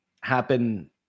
happen